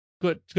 Good